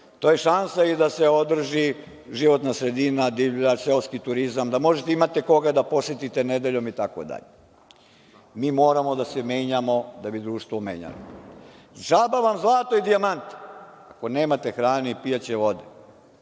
To je šansa i da se održi životna sredina, divlja, seoski turizam, da možete imati koga da posetite nedeljom itd. Mi moramo da se menjamo da bi društvo menjali. DŽaba vam zlato i dijamanti ako nemate hrane i pijaće vode.